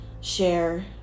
share